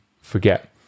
forget